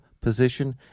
position